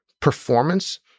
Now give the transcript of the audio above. performance